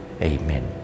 Amen